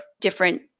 different